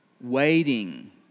Waiting